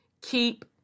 keep